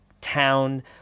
town